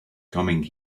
coming